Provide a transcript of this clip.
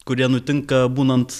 kurie nutinka būnant